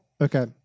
Okay